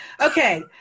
Okay